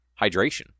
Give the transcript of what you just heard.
hydration